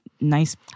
nice